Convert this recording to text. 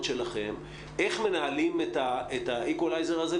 שלכם איך מנהלים את האקו-לייזר הזה,